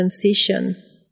transition